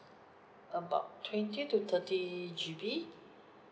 about twenty to thirty G_B